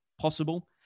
possible